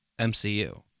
MCU